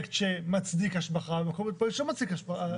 פרויקט שמצדיק השבחה ומקום שלא מצדיק השבחה.